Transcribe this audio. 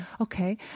Okay